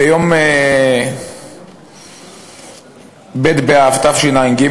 ביום ב' באב תשע"ג,